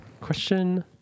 Question